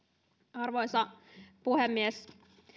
arvoisa puhemies